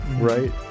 right